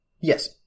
Yes